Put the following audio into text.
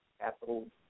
capital